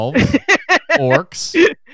orcs